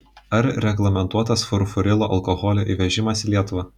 ar reglamentuotas furfurilo alkoholio įvežimas į lietuvą